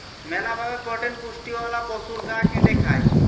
মেলা ভাবে প্রোটিন পুষ্টিওয়ালা পশুর গা কেটে খায়